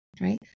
right